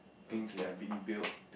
things that are being built